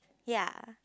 ya